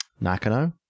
Nakano